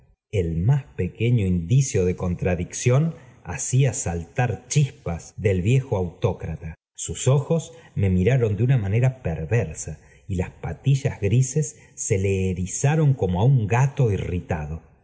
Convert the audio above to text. el más pequeño indicio de contradicción hacía saltar chispas del viejo autócrata sus ojos me miraron de una manera perversa y las patillas grises se le erizaron como á un gato